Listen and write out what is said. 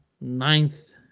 ninth